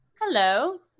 Hello